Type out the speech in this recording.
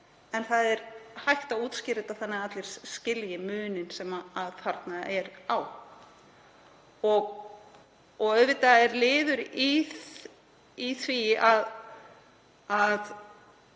en það er hægt að útskýra þetta þannig að allir skilji muninn sem þarna er á. Auðvitað er liður í þessu að